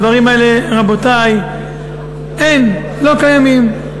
הדברים האלה, רבותי, אין, לא קיימים.